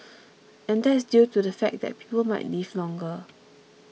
and that's due to the fact that people might live longer